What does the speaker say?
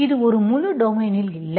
இந்த முழு டொமைனில் இல்லை